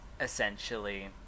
essentially